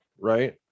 right